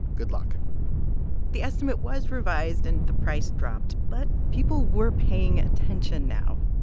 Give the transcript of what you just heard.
good luck the estimate was revised, and the price dropped. but people were paying attention now.